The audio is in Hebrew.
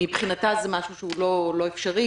מבחינתה זה משהו שהוא לא אפשרי.